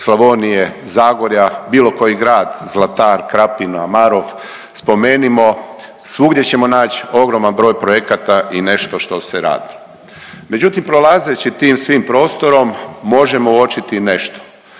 Slavonije, Zagorja, bilo koji grad, Zlatar, Krapina, Marof, spomenimo, svugdje ćemo nać ogroman broj projekata i nešto što se radi. Međutim prolazeći tim svim prostorom možemo uočiti nešto,